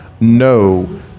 No